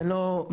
אלה כללים,